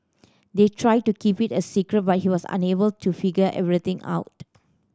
they tried to keep it a secret but he was unable to figure everything out